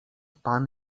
pan